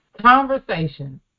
conversation